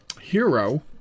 hero